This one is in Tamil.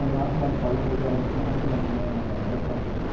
நம்ம நாட்டு மாட்டுப் பாலெல்லாம் குடிக்க ஆரம்பித்தோம்ன்னா நாட்டு மாடெல்லாம் வ வளர்ப்பாங்க